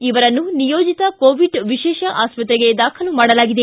ಇವರನ್ನು ನಿಯೋಜಿತ ಕೋವಿಡ್ ಎಶೇಷ ಆಸ್ತತ್ರೆಗೆ ದಾಖಲು ಮಾಡಲಾಗಿದೆ